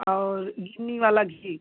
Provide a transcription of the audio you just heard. और गिन्नी वाला घी